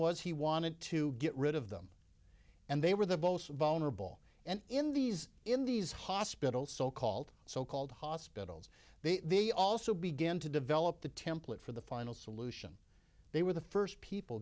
was he wanted to get rid of them and they were the vosa vulnerable and in these in these hospitals so called so called hospitals they they also began to develop the template for the final solution they were the first people